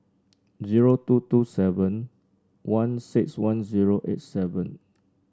zero two two seven one six one zero eight seven